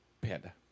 Panda